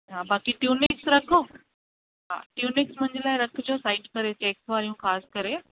हा बाक़ी ट्यूनिक रखो ट्यूनिक मुंहिंजे लाइ रखिजो साइड करे चेक वारियूं ख़ासि करे